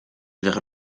vers